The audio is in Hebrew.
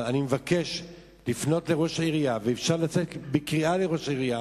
אבל אני מבקש לפנות אל ראש העירייה,